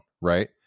right